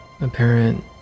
apparent